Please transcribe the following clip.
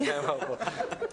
נאמר פה.